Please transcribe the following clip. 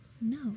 No